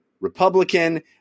Republican